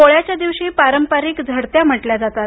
पोळ्याच्या दिवशी पारंपरिक झडत्या म्हटल्या जातात